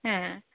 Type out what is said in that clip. হ্যাঁ